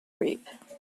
reap